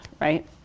right